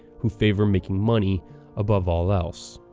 who favor making money above all else.